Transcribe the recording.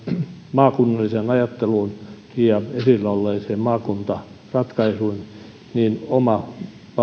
maakunnalliseen ajatteluun ja esillä olleeseen maakuntaratkaisuun että oma